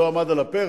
כמעט לא עמד על הפרק,